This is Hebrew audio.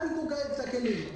אל תתנו כעת את הכלים,